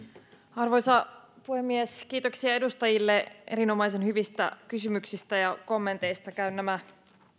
arvoisa puhemies kiitoksia edustajille erinomaisen hyvistä kysymyksistä ja kommenteista käyn nämä